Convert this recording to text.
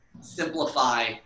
simplify